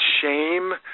shame